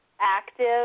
active